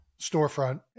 storefront